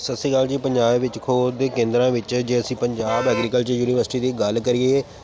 ਸਤਿ ਸ਼੍ਰੀ ਅਕਾਲ ਜੀ ਪੰਜਾਬ ਵਿੱਚ ਖੋਜ ਦੇ ਕੇਂਦਰਾਂ ਵਿੱਚ ਜੇ ਅਸੀਂ ਪੰਜਾਬ ਐਗਰੀਕਲਚਰ ਯੂਨੀਵਰਸਿਟੀ ਦੀ ਗੱਲ ਕਰੀਏ